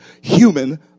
human